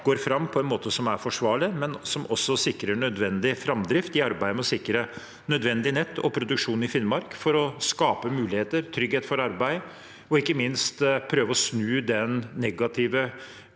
går fram på en måte som er forsvarlig, men som også sikrer nødvendig framdrift i arbeidet med å sikre nødvendig nett og produksjon i Finnmark – for å skape muligheter, trygghet for arbeid og ikke minst prøve å snu den negative